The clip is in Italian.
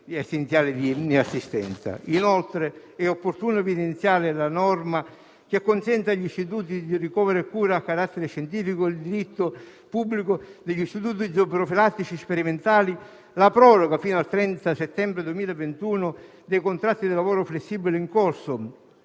Inoltre, è opportuno evidenziare la norma che consente agli istituti di ricovero e cura a carattere scientifico di diritto pubblico e agli istituti zooprofilattici sperimentali la proroga, fino al 30 settembre 2021, dei contratti di lavoro flessibile in corso,